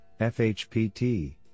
FHPT